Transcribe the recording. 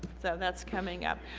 so that's coming up.